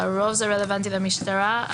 לרוב זה רלוונטי למשטרה.